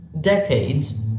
decades